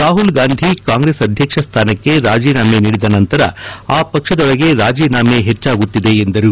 ರಾಹುಲ್ ಗಾಂಧಿ ಕಾಂಗ್ರೆಸ್ ಅಧ್ವಕ್ಷ ಸ್ಥಾನಕ್ಕೆ ರಾಜೀನಾಮೆ ನೀಡಿದ ನಂತರ ಆ ಪಕ್ಷದೊಳಗೆ ರಾಜೀನಾಮೆ ಹೆಚ್ಚಾಗುತ್ತಿದೆ ಎಂದರು